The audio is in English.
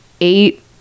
eight